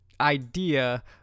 idea